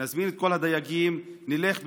נזמין את כל הדייגים, נלך יחד,